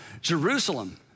Jerusalem